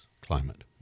climate